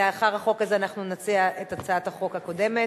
לאחר החוק הזה אנחנו נציע את הצעת החוק הקודמת,